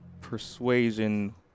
persuasion